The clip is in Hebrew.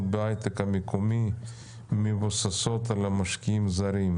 בהייטק המקומי מבוססות על משקיעים זרים,